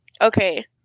Okay